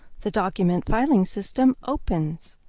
the document filing system opens.